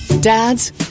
Dads